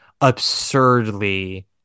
absurdly